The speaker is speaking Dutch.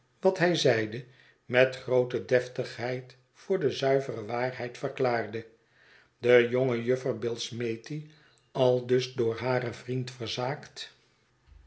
wat hij zeide met groote deftigheid voor de zuivere waarheid verklaarde be jonge juffer billsmethi aldus door haar vriend verzaakt